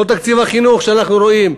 כל תקציב החינוך שאנחנו רואים,